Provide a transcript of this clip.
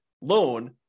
loan